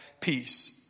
peace